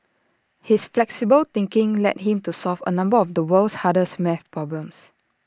his flexible thinking led him to solve A number of the world's hardest math problems